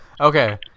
Okay